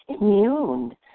immune